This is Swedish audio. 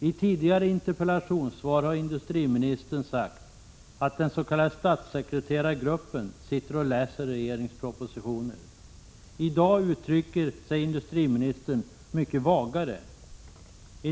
I tidigare interpellationssvar har industriministern sagt att den s.k. statssekreterargruppen sitter och läser regeringens propositioner. I dag uttrycker sig industriministern mycket vagare.